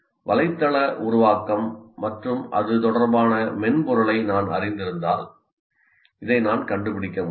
வலைத்தள உருவாக்கம் மற்றும் அது தொடர்பான மென்பொருளை நான் அறிந்திருந்தால் இதை நான் கண்டுபிடிக்க முடியும்